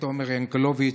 עומר ינקלביץ'